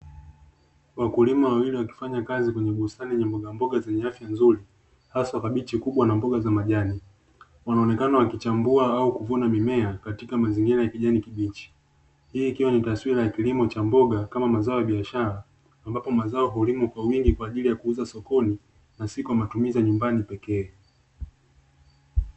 Wakulima wawili wakifanya kazi kwenye bustani yenye mbogamboga zenye afya nzuri haswa kabichi kubwa na mboga za majani, wanaonekana wakichambua au kuvua mimea katika mazingira ya kijani kibichi, hii ikiwa ni taswira ya kilimo cha mboga kama mazao ya biashara ambapo mazao hulimwa kwa wingi kwa ajili ya kuuzwa sokoni na si kwa matumizi ya nyumbani pekee.